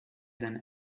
than